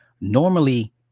Normally